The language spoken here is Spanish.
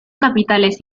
capitales